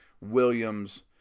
Williams